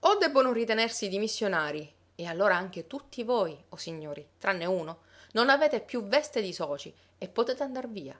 o debbono ritenersi dimissionarii e allora anche tutti voi o signori tranne uno non avete più veste di socii e potete andar via